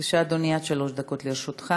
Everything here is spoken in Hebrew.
בבקשה, אדוני, עד שלוש דקות לרשותך.